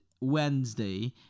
Wednesday